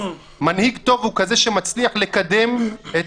מנהיג טוב הוא כזה שמצליח לקדם את